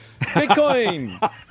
Bitcoin